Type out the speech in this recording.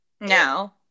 no